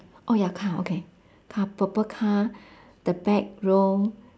oh ya car okay car purple car the back row